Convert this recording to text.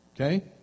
Okay